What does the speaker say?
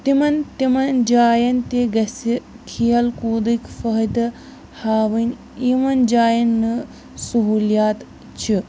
تِمَن تِمَن جاین تہِ گژھِ کھیل کوٗدٕکۍ فٲیدٕ ہاوٕنۍ یِمَن جایَن نہٕ سُہولِیات چھِ